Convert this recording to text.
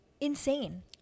Insane